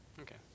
Okay